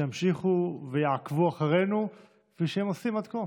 שימשיכו ויעקבו אחרינו כפי שהם עושים עד כה.